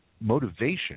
motivation